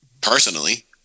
personally